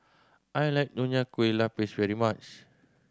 I like Nonya Kueh Lapis very much